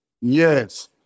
Yes